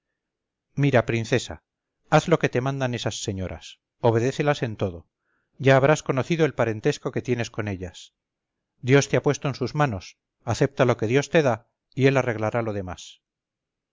mira princesa haz lo que te mandan esas señoras obedécelas en todo ya habrás conocido el parentesco que tienes con ellas dios te ha puesto en sus manos acepta lo que dios te da y él arreglará lo demás